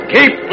Keep